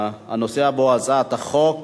הנושא הבא הוא הצעת חוק